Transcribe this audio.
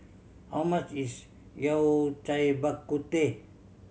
how much is Yao Cai Bak Kut Teh